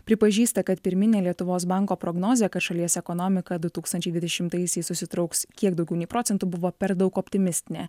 pripažįsta kad pirminė lietuvos banko prognozė kad šalies ekonomiką du tūkstančiai dvidešimtaisiais susitrauks kiek daugiau nei procentu buvo per daug optimistinė